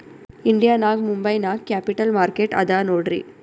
India ನಾಗ್ ಮುಂಬೈ ನಾಗ್ capital market ಅದಾ ನೋಡ್ರಿ